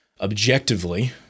objectively